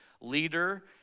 leader